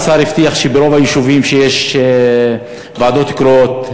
השר הבטיח שברוב היישובים שיש ועדות קרואות,